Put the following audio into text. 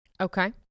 Okay